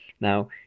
Now